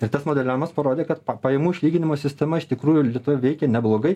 ir tas modeliavimas parodė kad pajamų išlyginimo sistema iš tikrųjų lietuvoje veikia neblogai